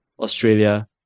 Australia